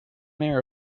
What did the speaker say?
mayor